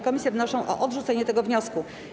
Komisje wnoszą o odrzucenie tego wniosku.